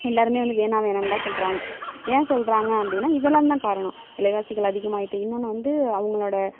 எல்லோருமே வந்து வேணாம் வேணான்னு தான் சொல்கிறாங்க ஏன் சொல்கிறாங்க அப்படினா இதெல்லாந்தான் காரணம் விலைவாசிகள் அதிகமாகிட்டு இன்னொன்னு வந்து அவங்களோட